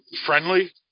friendly